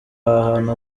ahantu